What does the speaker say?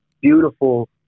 beautiful